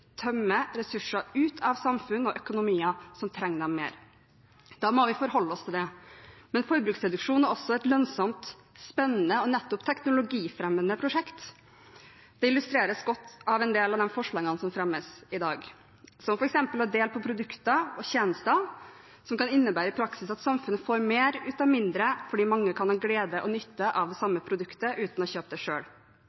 tømmer ressurser ut av samfunn og økonomier som trenger dem mer. Da må vi forholde oss til det. Men forbruksreduksjon er også et lønnsomt, spennende og nettopp teknologifremmende prosjekt. Det illustreres godt av en del av de forslagene som fremmes i dag, som f.eks. å dele på produkter og tjenester som i praksis kan innebære at samfunnet får mer ut av mindre fordi mange kan ha glede og nytte av